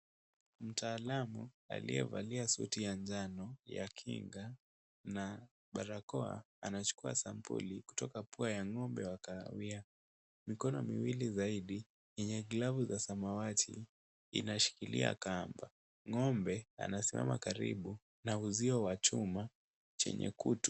Mtalaam aliyevalia suti ya njano ya kinga na barakoa anachukua sampuli kutoka pua ya ng'ombe wa kahawia. Mikono miwili zaidi yenye glavu za samawati inashikilia kamba. Ngombe anasimama karibu na uzio wa chuma chenye kutu.